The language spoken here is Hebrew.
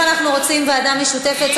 אם אנחנו רוצים ועדה משותפת,